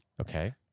Okay